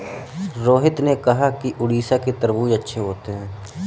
रोहित ने कहा कि उड़ीसा के तरबूज़ अच्छे होते हैं